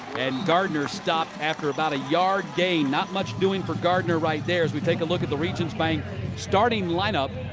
and gardner stopped after about a yard gain. not much doing for gardner right there as we take a look at the regents bank starting lineup